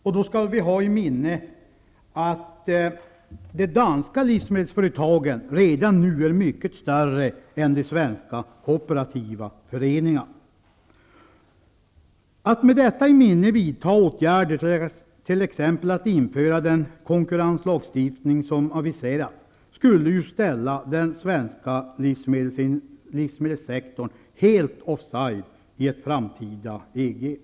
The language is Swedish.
Vi skall då ha i minne att de danska livsmedelsföretagen redan nu är mycket större än de svenska kooperativa föreningarna. Att, med detta i minnet, vidta åtgärder -- t.ex. en sådan åtgärd som införandet av den konkurrenslagstiftning som aviserats -- skulle innebära att den svenska livsmedelssektorn helt ställdes off-side i ett framtida EG.